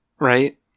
right